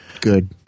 good